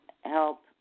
help